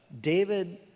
David